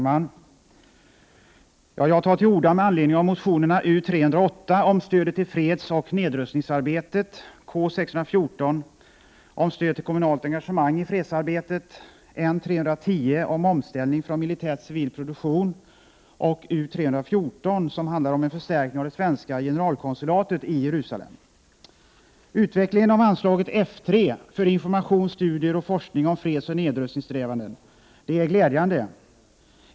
Herr talman! Jag tar till orda med anledning av motionerna U308 om stödet till fredsoch nedrustningsarbetet, K614 om stöd till kommunalt engagemang i fredsarbetet, N310 om omställning från militär till civil produktion och U314 om en förstärkning av det svenska generalkonsulatet i Jerusalem. Utvecklingen av anslaget F 3 för Information, studier och forskning om fredsoch nedrustningssträvanden är glädjande.